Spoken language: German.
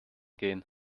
gehen